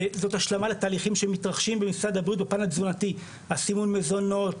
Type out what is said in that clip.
וזה השלמה לתהליכים שמתרחשים במשרד הבריאות בפן התזונתי: סימון מזונות,